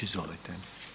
Izvolite.